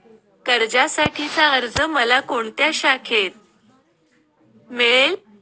कर्जासाठीचा अर्ज मला कोणत्या शाखेत मिळेल?